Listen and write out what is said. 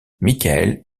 michael